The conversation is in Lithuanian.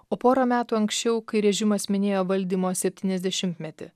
o porą metų anksčiau kai režimas minėjo valdymo septyniasdešimtmetį